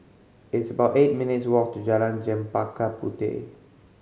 it's about eight minutes' walk to Jalan Chempaka Puteh